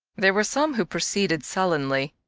there were some who proceeded sullenly,